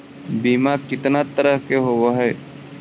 बीमा कितना तरह के होव हइ?